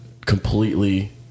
completely